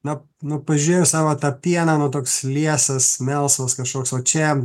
na nu pažiūrėjau savo tą pieną nu toks liesas melsvas kažkoks o čia